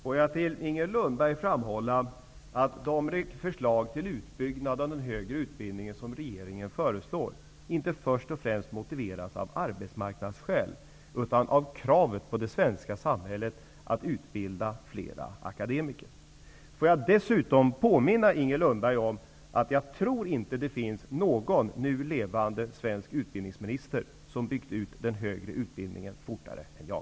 Fru talman! Får jag för Inger Lundberg framhålla att den utbyggnad av den högre utbildningen som regeringen föreslår inte först och främst motiveras av arbetsmarknadsskäl, utan av kravet på det svenska samhället att utbilda fler akademiker. Får jag dessutom påminna Inger Lundberg om att jag inte tror att det finns någon nu levande svensk utbildningsminister som har byggt ut den högre utbildningen fortare än jag.